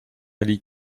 ali